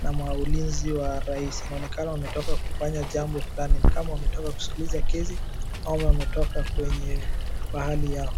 na maulinzi wa rais. Inaonekana wametoka kufanya jambo fulani. Nikama wametoka kusikiliza kesi ama wametoka kwenye pahali yao.